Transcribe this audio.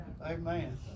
Amen